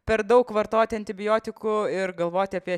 per daug vartoti antibiotikų ir galvot apie